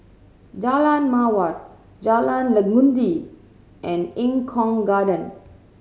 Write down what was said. Jalan Mawar Jalan Legundi and Eng Kong Garden